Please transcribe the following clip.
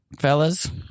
fellas